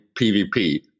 PvP